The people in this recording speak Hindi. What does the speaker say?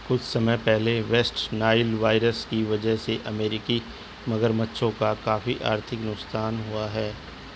कुछ समय पहले वेस्ट नाइल वायरस की वजह से अमेरिकी मगरमच्छों का काफी आर्थिक नुकसान हुआ